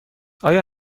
آیا